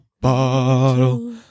bottle